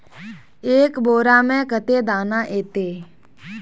एक बोड़ा में कते दाना ऐते?